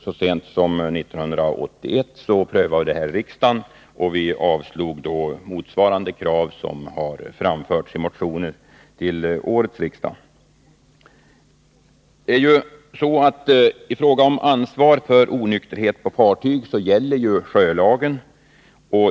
Så sent som 1981 13 prövades frågan i riksdagen, och vi avslog då motsvarande krav som har framförts i de motioner vi nu behandlar. I fråga om ansvar för onykterhet på fartyg gäller sjölagen.